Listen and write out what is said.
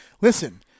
Listen